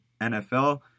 NFL